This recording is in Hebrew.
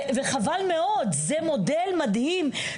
וחבל מאוד, זה מודל מדהים.